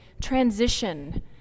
transition